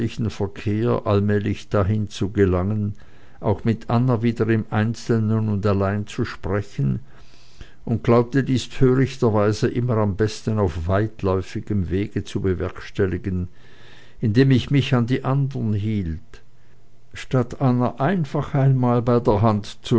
verkehr allmählich dahin zu gelangen auch mit anna wieder im einzelnen und allein zu sprechen und glaubte dies törichterweise immer am besten auf weitläufigem wege zu bewerkstelligen indem ich mich an die anderen hielt statt anna einfach einmal bei der hand